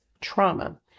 trauma